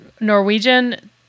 Norwegian